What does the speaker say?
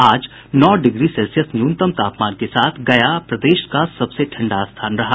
आज नौ degree Celsius न्यूनतम तापमान के साथ गया प्रदेश का सबसे ठंडा स्थान रहा